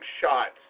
shots